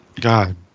God